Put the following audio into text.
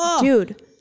Dude